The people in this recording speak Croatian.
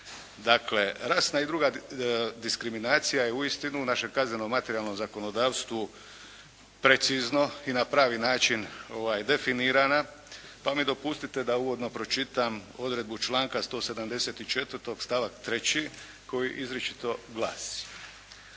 Dakle, rasna i druga diskriminacija je uistinu u našem kaznenom i materijalnom zakonodavstvu precizno i na pravi način definirana, pa mi dopustite da uvodno pročitam odredbu članka 174. stavak 3. koji izričito glasi: